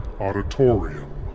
auditorium